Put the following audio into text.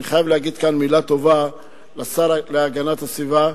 אני חייב להגיד כאן מלה טובה לשר להגנת הסביבה.